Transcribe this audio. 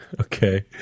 Okay